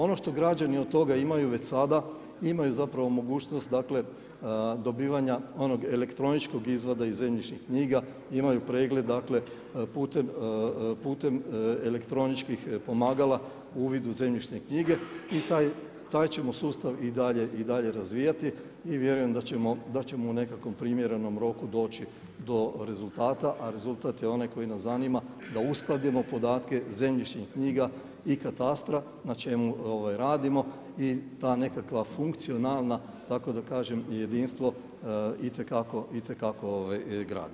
Ono što građani od toga imaju već sada, imaju mogućnost dobivanja onog elektroničkog izvada iz zemljišnih knjiga, imaju pregled putem elektroničkih pomagala uvid u zemljišne knjige i taj ćemo sustav i dalje razvijati i vjerujem da ćemo u nekakvom primjerenom roku doći do rezultata, a rezultat je onaj koji nas zanima da uskladimo podatke zemljišnih knjiga i katastra na čemu radimo i ta nekakva funkcionalna tako da kažem i jedinstvo itekako gradimo.